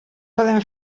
poden